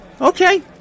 Okay